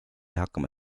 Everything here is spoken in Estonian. hakkama